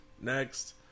Next